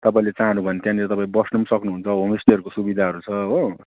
तपाईँले चाहनु भयो भने त्यहाँनेर तपाईँ बस्नु सक्नु हुन्छ होमस्टेहरूको सुविधाहरू छ हो